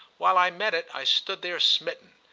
while i met it i stood there smitten,